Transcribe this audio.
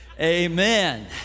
Amen